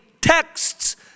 text's